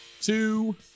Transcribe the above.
two